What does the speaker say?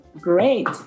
Great